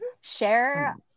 Share